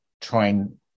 trying